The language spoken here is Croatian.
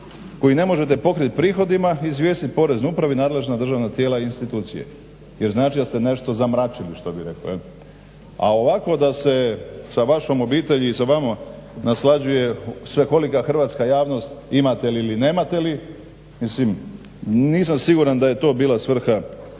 koji ne možete pokriti prihodima, izvijestiti Poreznu upravu i nadležna državna tijela i institucije jer znači da ste nešto zamračili što bi rekli. A ovako da se sa vašom obitelji i sa vama naslađuje svekolika hrvatska javnosti imate li ili nemate mislim nisam siguran da je to bila svrha.